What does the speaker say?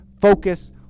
focus